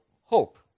hope